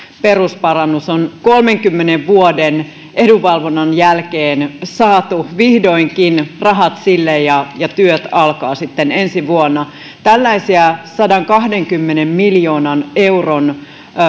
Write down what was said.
perusparannukseen on kolmenkymmenen vuoden edunvalvonnan jälkeen saatu vihdoinkin rahat ja ja työt alkavat sitten ensi vuonna tällaisia sadankahdenkymmenen miljoonan euron